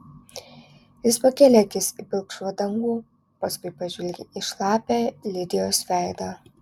jis pakėlė akis į pilkšvą dangų paskui pažvelgė į šlapią lidijos veidą